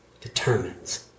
determines